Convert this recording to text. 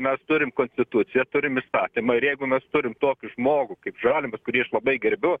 mes turim konstituciją turim įstatymą ir jeigu mes turim tokį žmogų kaip žalimas kurį aš labai gerbiu